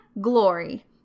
glory